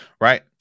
Right